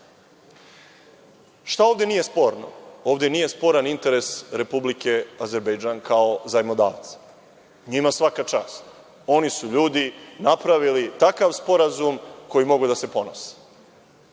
Šta ovde nije sporno? Ovde nije sporan interes Republike Azerbejdžan kao zajmodavca. Njima svaka čast. Oni su ljudi napravili takav sporazum kojim mogu da se ponose. Oni,